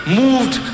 moved